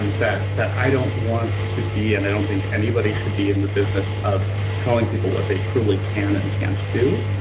and that that i don't want to be and i don't think anybody should be in the business of telling people what they truly can and can't do